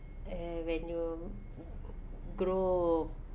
eh when you grow